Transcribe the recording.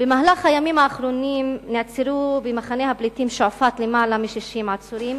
במהלך הימים האחרונים נעצרו במחנה הפליטים שועפאט יותר מ-60 עצורים,